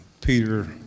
Peter